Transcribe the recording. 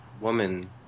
Woman